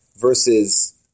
versus